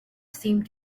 seemed